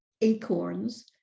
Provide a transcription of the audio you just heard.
acorns